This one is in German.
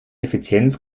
effizienz